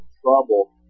trouble